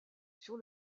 sur